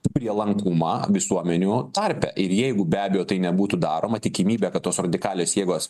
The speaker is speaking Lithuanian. prielankumą visuomenių tarpe ir jeigu be abejo tai nebūtų daroma tikimybė kad tos radikalios jėgos